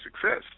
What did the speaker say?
success